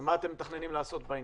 ומה אתם מתכננים לעשות בעניין.